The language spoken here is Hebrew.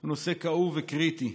הוא נושא כאוב וקריטי.